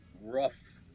rough